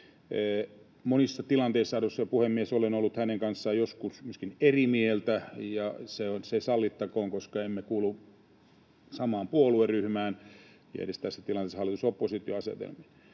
Monissa tilanteissa, arvoisa puhemies, olen ollut hänen kanssaan joskus myöskin eri mieltä, ja se sallittakoon, koska emme kuulu samaan puolueryhmään ja tässä tilanteessa kuulumme hallitus—oppositio-asetelmaan.